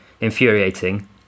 infuriating